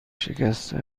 شکسته